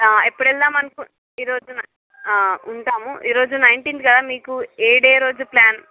ఎప్పుడు వెళ్దాం అనుకుంటా ఈరోజు ఉంటాము ఈరోజు నైన్టీన్త్ కదా మీకు ఏ డే రోజు ప్లాన్